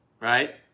right